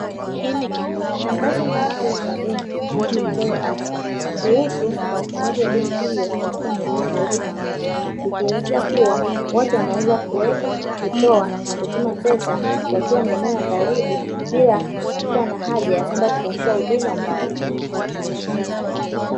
Tangazo maalumu la benki iitwayo "absa" kuhusu upatikanaji wa benki hiyo katika maeneo ya karibu na watu. Ikielezea kuwa watu wanaweza kuweka, kutoa na kutuma pesa; wakiwa maeneo ya karibu bila ya kuwa na haja ya kwenda kutafuta huduma mbali.